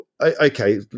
okay